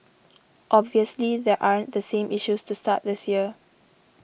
obviously there aren't the same issues to start this year